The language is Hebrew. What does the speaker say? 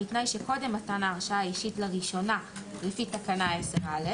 בתנאי שקודם מתן ההרשאה האישית לראשונה לפי תקנה 10א,